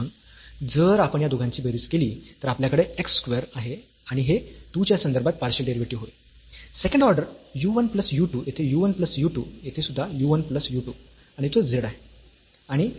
म्हणून जर आपण या दोघांची बेरीज केली तर आपल्याकडे x स्क्वेअर आहे आणि हे 2 च्या संदर्भात पार्शियल डेरिव्हेटिव्ह होईल second order u 1 plus u 2 येथे u 1 प्लस u 2 येथे सुद्धा u 1 प्लस u 2 आणि तो z आहे